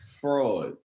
fraud